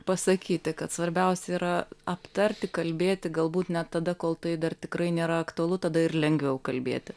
pasakyti kad svarbiausia yra aptarti kalbėti galbūt net tada kol tai dar tikrai nėra aktualu tada ir lengviau kalbėti